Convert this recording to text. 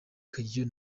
kageyo